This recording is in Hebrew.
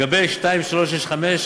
לגבי 2365,